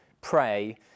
pray